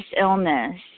illness